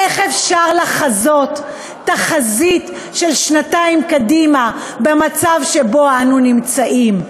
איך אפשר לחזות תחזית של שנתיים קדימה במצב שבו אנו נמצאים?